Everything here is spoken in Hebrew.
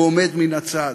הוא עומד מן הצד.